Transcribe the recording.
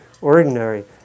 ordinary